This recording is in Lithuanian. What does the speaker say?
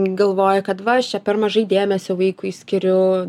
galvoja kad va aš čia per mažai dėmesio vaikui skiriu